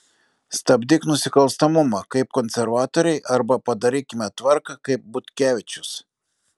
stabdyk nusikalstamumą kaip konservatoriai arba padarykime tvarką kaip butkevičius